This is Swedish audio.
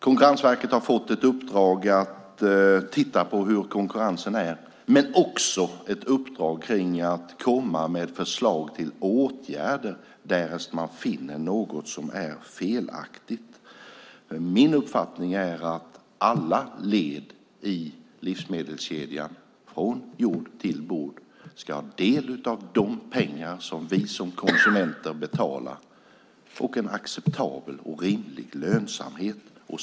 Konkurrensverket har fått ett uppdrag att titta på hur konkurrensen är men också ett uppdrag att komma med förslag till åtgärder därest man finner något som är felaktigt. Min uppfattning är att alla led i livsmedelskedjan, från jord till bord, ska ha del av de pengar som vi som konsumenter betalar och en acceptabel och rimlig lönsamhet.